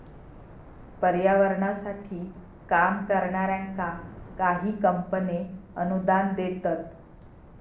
पर्यावरणासाठी काम करणाऱ्यांका काही कंपने अनुदान देतत